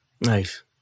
Nice